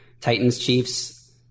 Titans-Chiefs